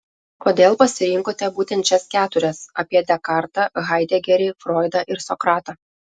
kodėl pasirinkote būtent šias keturias apie dekartą haidegerį froidą ir sokratą